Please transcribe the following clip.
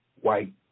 white